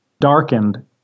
darkened